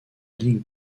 ligue